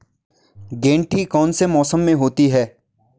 गेंठी कौन से मौसम में होती है?